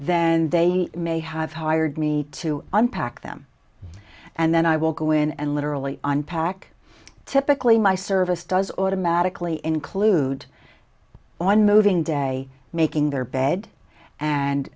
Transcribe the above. then they may have hired me to unpack them and then i will go in and literally unpack typically my service does automatically include on moving day making their bed and